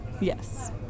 Yes